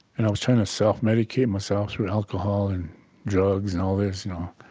and i was trying to self-medicate myself through alcohol and drugs and all this, you know,